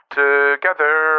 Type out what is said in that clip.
together